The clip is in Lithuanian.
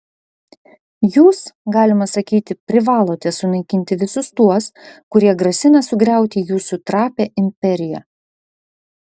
jūs galima sakyti privalote sunaikinti visus tuos kurie grasina sugriauti jūsų trapią imperiją